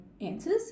answers